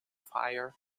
fire